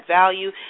value